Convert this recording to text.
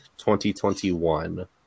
2021